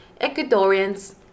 Ecuadorians